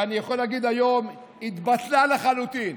ואני יכול להגיד היום שהיא התבטלה לחלוטין.